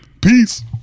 Peace